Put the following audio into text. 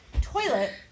toilet